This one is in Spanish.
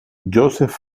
joseph